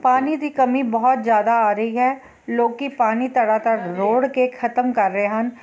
ਪਾਣੀ ਦੀ ਕਮੀ ਬਹੁਤ ਜ਼ਿਆਦਾ ਆ ਰਹੀ ਹੈ ਲੋਕੀ ਪਾਣੀ ਧੜਾ ਧੜ ਰੋੜ੍ਹ ਕੇ ਖ਼ਤਮ ਕਰ ਰਹੇ ਹਨ